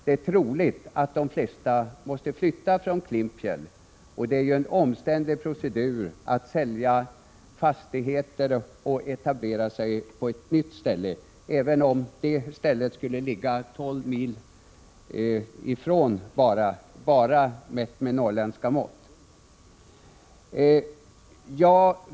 Det är troligt att de flesta måste flytta från Klimpfjäll, och det är ju en omständlig procedur att sälja fastigheter och etablera sig på ett nytt ställe, även om det stället skulle ligga bara 12 mil ifrån — ”bara” mätt med norrländska mått.